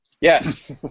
Yes